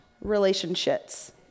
relationships